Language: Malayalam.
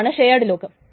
ഇതാണ് ഷെയർഡ് ലോക്ക്